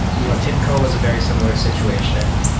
you know tibco is a very similar situation,